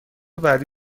بعدی